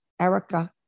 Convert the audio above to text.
Erica